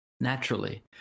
naturally